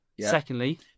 Secondly